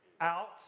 out